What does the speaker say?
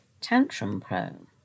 tantrum-prone